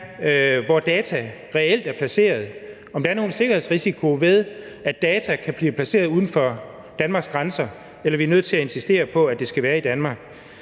hvor data reelt er placeret, altså om der er nogen sikkerhedsrisiko ved, at data kan blive placeret uden for Danmarks grænser, eller om vi er nødt til at insistere på, at det skal være i Danmark.